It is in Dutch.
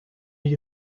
wie